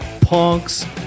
punks